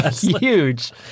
Huge